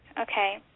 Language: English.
Okay